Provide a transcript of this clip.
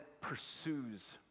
pursues